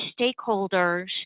stakeholders